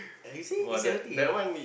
ah you see is a healthy you know